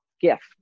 gift